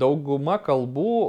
dauguma kalbų